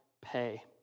pay